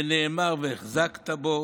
ונאמר "והחזקת בו",